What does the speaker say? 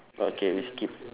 okay we skip